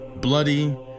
bloody